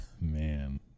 man